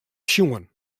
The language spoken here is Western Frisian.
sjoen